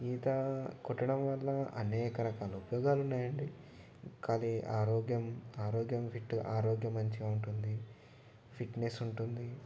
ఈత కొట్టడం వల్ల అనేక రకాల ఉపయోగాలున్నాయి అండి కానీ ఆరోగ్యం ఆరోగ్యం ఫిట్టు ఆరోగ్యం మంచిగా ఉంటుంది ఫిట్నెస్ ఉంటుంది